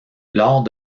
lors